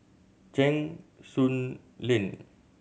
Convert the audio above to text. Cheng Soon Lane